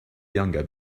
younger